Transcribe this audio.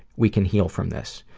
we can heal from this.